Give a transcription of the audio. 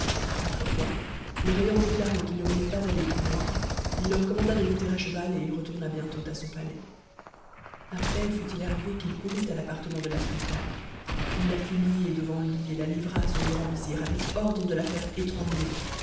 après quoi leur ayant déclaré qu'il ne voulait pas aller plus loin il leur commanda de monter à cheval et il retourna bientôt à son palais à peine fut-il arrivé qu'il courut à l'appartement de la sultane il la fit lier devant lui et la livra à son grand vizir avec ordre de